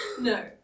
No